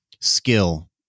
skill